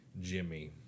jimmy